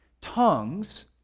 tongues